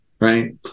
right